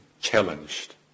challenged